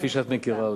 כפי שאת מכירה אותה,